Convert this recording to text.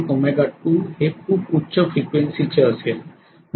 तर हे खूप उच्च फ्रिक्वेन्सी असेल